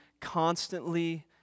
constantly